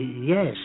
yes